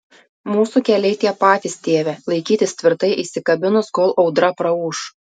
mūsų keliai tie patys tėve laikytis tvirtai įsikabinus kol audra praūš